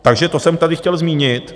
Takže to jsem tady chtěl zmínit.